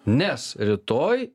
nes rytoj